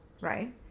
right